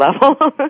level